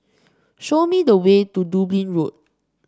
show me the way to Dublin Road